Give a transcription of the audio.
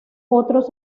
otros